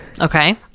Okay